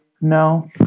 No